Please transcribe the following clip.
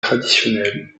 traditionnelle